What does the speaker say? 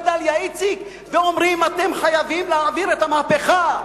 דליה איציק ואומרים: אתם חייבים להעביר את המהפכה,